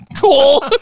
Cool